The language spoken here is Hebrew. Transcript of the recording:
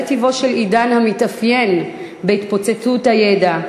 זה טיבו של עידן המתאפיין בהתפוצצות הידע,